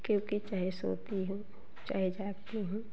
क्योंकि चाहे सोती हूँ चाहे जागती हूँ